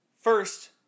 First